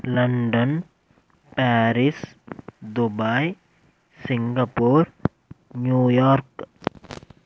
London Paris Dubai Singapore New York